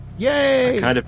Yay